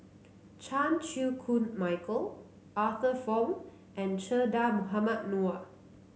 Chan Chew Koon Michael Arthur Fong and Che Dah Mohamed Noor